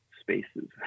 spaces